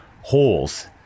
holes